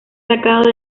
sacado